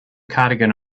cardigan